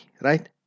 right